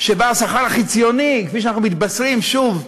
שבו השכר החציוני, כפי שאנחנו מתבשרים שוב,